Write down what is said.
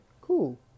cool